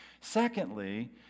Secondly